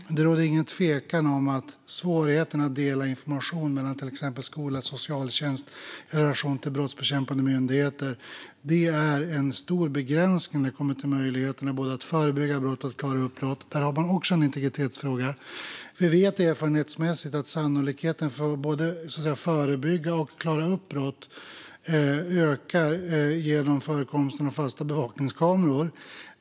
Det råder dock ingen tvekan om att svårigheterna att dela information mellan till exempel skola och socialtjänst i relation till brottsbekämpande myndigheter är en stor begränsning när det kommer till möjligheten att både förebygga och klara upp brott. Det är också en integritetsfråga. Vi vet erfarenhetsmässigt att sannolikheten för att både förebygga och klara upp brott ökar genom förekomsten av fasta bevakningskameror.